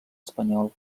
espanyol